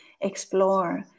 explore